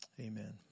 amen